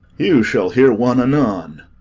you shall hear one anon.